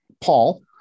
Paul